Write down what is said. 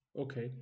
Okay